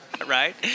right